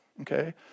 Okay